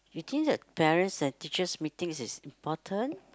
between the parents and teachers meeting is important